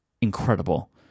incredible